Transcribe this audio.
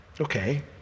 Okay